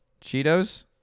Cheetos